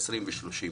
20 ו-30 שנה.